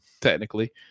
technically